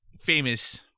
famous